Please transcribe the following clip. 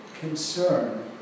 Concern